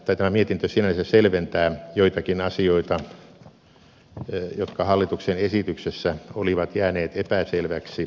tämä mietintö sinänsä selventää joitakin asioita jotka hallituksen esityksessä olivat jääneet epäselväksi